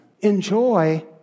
Enjoy